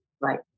right